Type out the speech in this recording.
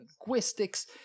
linguistics